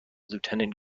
lieutenant